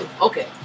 Okay